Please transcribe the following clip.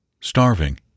Starving